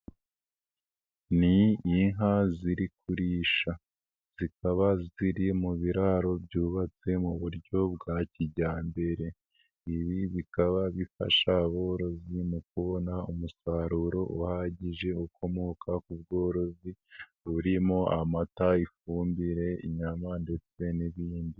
Ni inka ziri kurisha zikaba ziri mu biraro byubatse mu buryo bwa kijyambere, ibi bikaba bifasha aborozi mu kubona umusaruro uhagije ukomoka ku bworozi burimo amata, ifumbire, inyama ndetse n'ibindi.